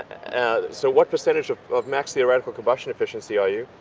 so what percentage of of max theoretical combustion efficiency are you,